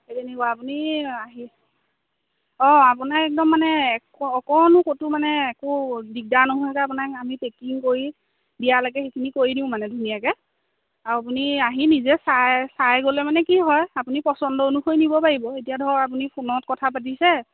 সেইখিনি বাৰু আপুনি আহি অঁ আপোনাক একদম মানে অকণো ক'তো মানে একো দিগদাৰ নোহোৱাকে আপোনাক আমি পেকিং কৰি দিয়ালেকে সেইখিনি কৰি দিওঁ মানে ধুনীয়াকে আৰু আপুনি আহি নিজে চাই চাই গ'লে মানে কি হয় আপুনি পচন্দ অনুসৰি নিব পাৰিব এতিয়া ধৰক আপুনি ফোনত কথা পাতিছে